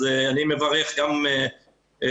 אז אני מברך גם אותך,